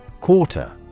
Quarter